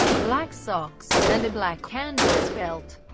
black socks, and a black canvas belt.